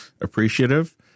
appreciative